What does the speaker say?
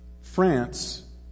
France